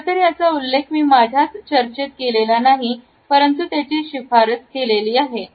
खरंतर याचा उल्लेख मी माझाच चर्चेत केलेला नाही परंतु याची शिफारस केलेली आहे